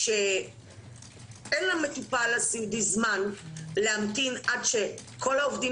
שאין למטופל הסיעודי זמן להמתין עד שכל העובדים